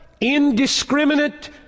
indiscriminate